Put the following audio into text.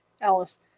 Alice